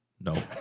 No